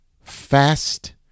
fast